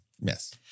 yes